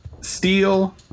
Steel